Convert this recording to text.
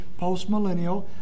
postmillennial